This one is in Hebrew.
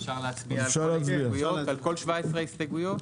אפשר להצביע על כל 17 ההסתייגויות?